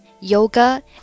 yoga